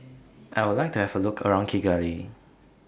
I Would like to Have A Look around Kigali